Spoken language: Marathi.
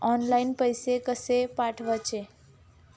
ऑनलाइन पैसे कशे पाठवचे?